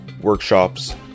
workshops